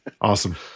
Awesome